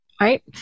right